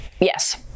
Yes